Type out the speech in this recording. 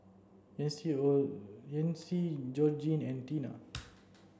Yancy Yancy Georgene and Teena